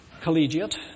collegiate